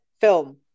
film